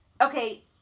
Okay